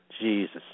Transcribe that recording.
Jesus